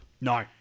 No